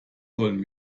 sollen